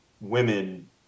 women